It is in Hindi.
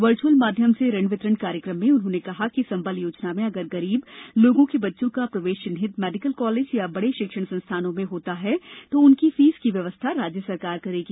वर्चुअल माध्यम से ऋण वितरण कार्यक्रम में उन्होंने कहा कि संबल योजना में अगर गरीब लोगों के बच्चों का प्रवेश चिन्हित मेडिकल कॉलेज या बड़े शिक्षण संस्थानों में होता है तो उनकी फीस की व्यवस्था राज्य सरकार करेगी